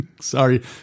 sorry